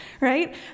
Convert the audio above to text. right